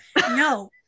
No